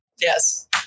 yes